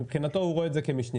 מבחינתו הוא רואה את זה כמשני.